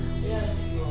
Yes